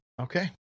Okay